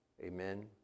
Amen